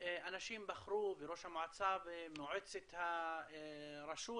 אנשים בחרו בראש המועצה ובמועצת הרשות